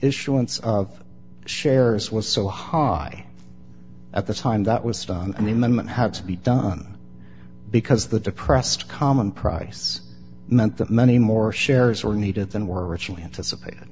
issuance of shares was so high at the time that was done and the moment had to be done because the depressed common price meant that many more shares were needed than were originally anticipated